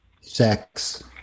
sex